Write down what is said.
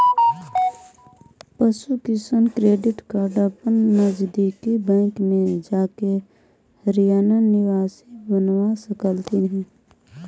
पशु किसान credit card अपन नजदीकी बैंक में जाके हरियाणा निवासी बनवा सकलथीन हे